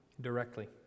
directly